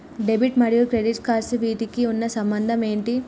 Debit మరియు credit cards వీటికి ఉన్న సంబంధం ఏంటి?